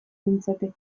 nintzateke